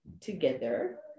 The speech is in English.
together